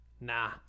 nah